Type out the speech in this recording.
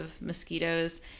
mosquitoes